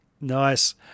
Nice